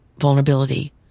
vulnerability